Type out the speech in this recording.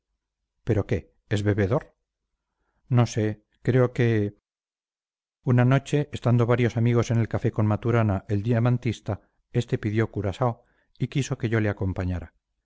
pero qué es bebedor no sé creo que una noche estando varios amigos en el café con maturana el diamantista este pidió curaao y quiso que yo le acompañara